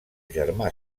germà